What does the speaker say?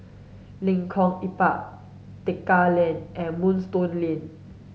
Lengkong Empat Tekka Lane and Moonstone Lane